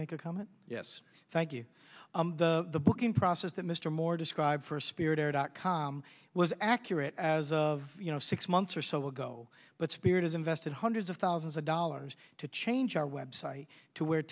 make a comment yes thank you the booking process that mr moore described for spirit air dot com was accurate as of you know six months or so ago but spirit has invested hundreds of thousands of dollars to change our website to where